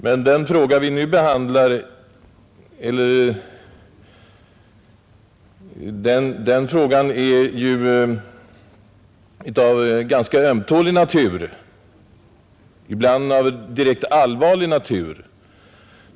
Men den fråga vi nu behandlar är ju av ganska ömtålig natur, ibland av direkt allvarlig natur.